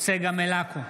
צגה מלקו,